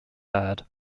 aired